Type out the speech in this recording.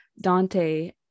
Dante